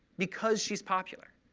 because she's popular.